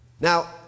Now